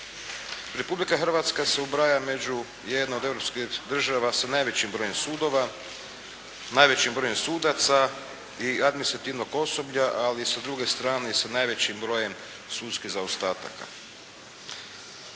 Republika Hrvatska se ubraja među jedne od europskih država sa najvećim brojem sudova, najvećim brojem sudaca i administrativnog osoblja, ali sa druge strane i sa najvećim brojem sudskih zaostataka.